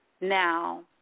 Now